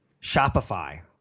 Shopify